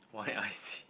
why I_C